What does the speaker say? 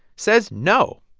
says no.